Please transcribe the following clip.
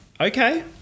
okay